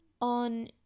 on